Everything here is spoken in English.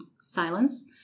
silence